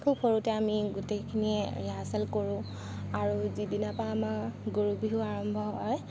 খুব সৰুতে আমি গোটেইখিনিয়ে ৰিহাৰ্ছল কৰোঁ আৰু যিদিনাৰ পৰা আমাৰ গৰু বিহু আৰম্ভ হয়